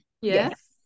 Yes